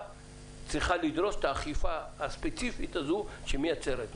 צריכה לדרוש את האכיפה הספציפית הזאת שמייצרת.